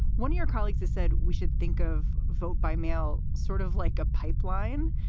one of your colleagues has said we should think of vote by mail, sort of like a pipeline.